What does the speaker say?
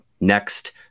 next